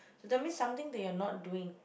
that means something that you are not doing